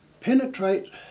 penetrate